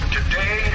Today